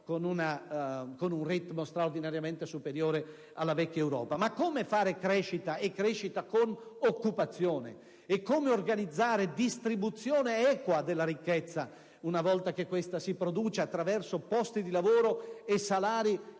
con un ritmo straordinariamente superiore alla vecchia Europa. Ma come realizzare crescita, e crescita con occupazione? E come organizzare distribuzione equa della ricchezza, una volta che questa si produce attraverso posti di lavoro e salari